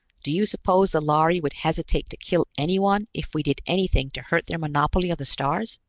do you suppose the lhari would hesitate to kill anyone if we did anything to hurt their monopoly of the stars?